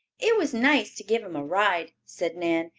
it was nice to give him a ride, said nan.